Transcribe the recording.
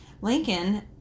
Lincoln